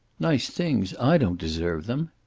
nice things! i don't deserve them.